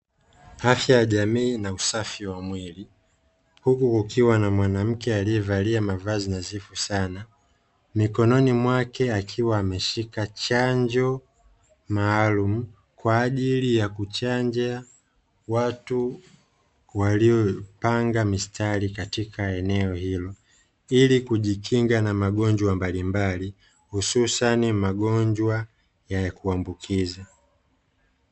Afya ya jamii na usafi wa mwili huku kukiwa na mwanamke aliyevalia mavazi nadhifu sana, mikononi mwake akiwa ameshika chanjo maalum kwa ajili ya kuchanja watu waliopanga mistari katika eneo hilo, ili kujikinga na magonjwa mbalimbali hususani magonjwa ya kuambukiza.